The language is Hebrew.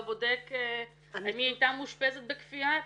בודק האם היא הייתה מאושפזת בכפייה איפשהו.